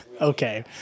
Okay